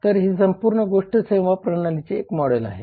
तर ही संपूर्ण गोष्ट सेवा प्रणालीचे एक मॉडेल आहे